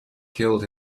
killed